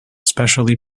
specially